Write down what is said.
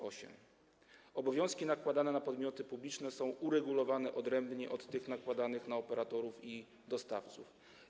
Obowiązki nakładane na podmioty publiczne są uregulowane odrębnie od tych nakładanych na operatorów i dostawców.